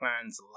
plans